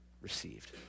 received